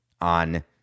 on